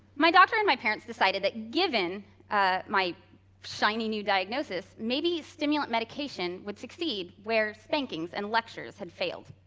my doctor and my parents decided that, given ah my shiny, new diagnosis, maybe stimulant medication would succeed where spankings and lectures had failed.